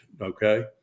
okay